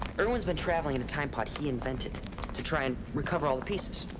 irwin's been traveling in a time pod he invented to try and recover all the pieces.